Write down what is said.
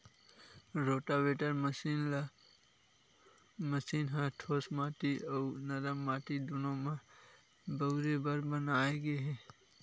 rotavator machine ह ठोस माटी अउ नरम माटी दूनो म बउरे बर बनाए गे हे